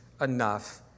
enough